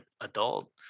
adult